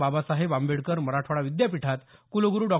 बाबासाहेब आंबेडकर मराठवाडा विद्यापीठात कुलगुरू डॉ